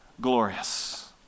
Glorious